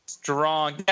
Strong